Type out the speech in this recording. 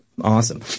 Awesome